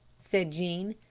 said jean.